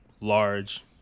large